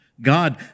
God